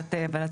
מהחלטת ועדת